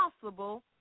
possible